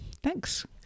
Thanks